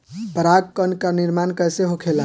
पराग कण क निर्माण कइसे होखेला?